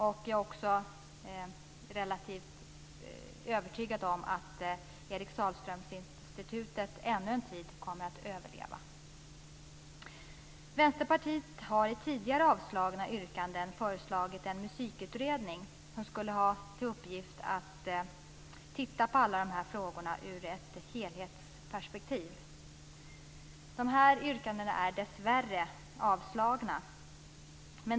Jag är också relativt övertygad om att Eric Sahlströms institut kommer att överleva ännu en tid. Vänsterpartiet har i tidigare yrkanden föreslagit en musikutredning, som skulle ha till uppgift att titta på alla dessa frågor i ett helhetsperspektiv. De yrkandena har dessvärre blivit avslagna.